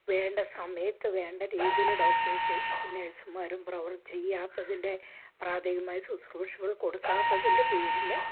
വേണ്ട സമയത്ത് വേണ്ട രീതിയിൽ ഡോക്ടേഴ്സ് നേഴ്സുമാരും പ്രവർ ചെയ്യാത്തതിൻ്റെ പ്രാഥമികമായ ശുശ്രൂഷകൾ കൊടുക്കാത്തതിൻ്റെ പേരിൽ